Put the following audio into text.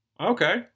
Okay